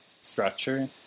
structure